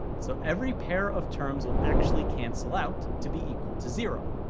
so, every pair of terms will actually cancel out to be equal to zero.